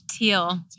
Teal